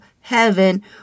heaven